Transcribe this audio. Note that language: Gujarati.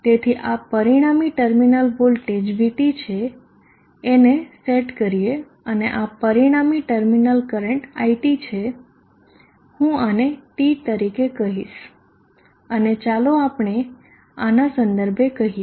તેથી આ પરિણામી ટર્મિનલ વોલ્ટેજ V T છે એને સેટ કરીએ અને આ પરિણામી ટર્મિનલ કરંટ iT છે હું આને T તરીકે કહીશ અને ચાલો આપણે આનાં સંદર્ભે કહીએ